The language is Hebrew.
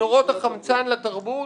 צינורות החמצן לתרבות,